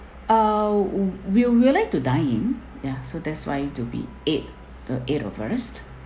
ah we we will like to dine in ya so that's why to be eight the eight of us